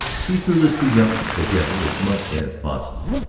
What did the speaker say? she threw the two youngsters together as much as possible.